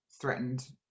threatened